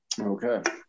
Okay